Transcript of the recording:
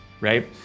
right